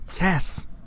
Yes